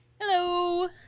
Hello